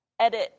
edit